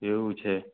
એવું છે